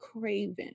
craving